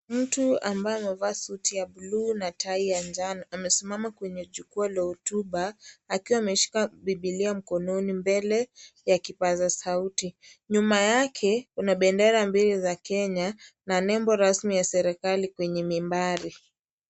Mtu ambaye amevaa suti ya bulu na tai ya njano amesimama kwenye jukwaa la hotuba akiwa ameshika bibilia mkononi mbele ya kipaza sauti, nyuma yake kuna bendera mbili za Kenya na nembo rasmi ya serikali kwenye mimbare.